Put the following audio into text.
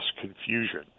confusion